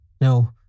No